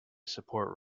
support